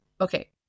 okay